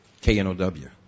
K-N-O-W